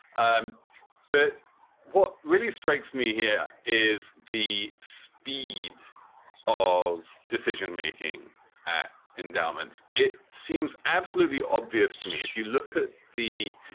um but what really strikes me here is the speed of decision making at endowments. it seems absolutely obvious to me if you look at the